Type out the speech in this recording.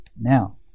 Now